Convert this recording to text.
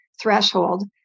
threshold